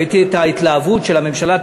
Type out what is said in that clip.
ראיתי את ההתלהבות של הממשלה,